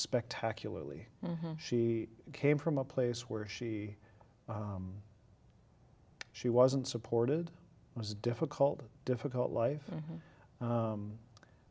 spectacularly she came from a place where she she wasn't supported it was a difficult difficult life